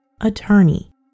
Attorney